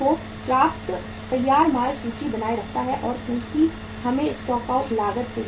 पर्याप्त तैयार माल सूची बनाए रखता है क्योंकि हमें स्टॉक आउट लागत से भी बचना है